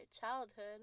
childhood